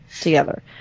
together